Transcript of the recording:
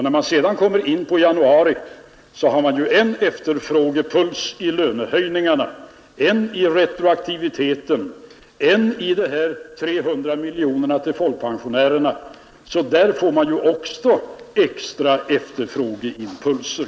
När vi sedan kommer in i januari finns en efterfrågeimpuls i lönehöjningarna, en i retroaktiviteten och en i de cirka 300 miljonerna till folkpensionärerna — alltså extra efterfrågeimpulser.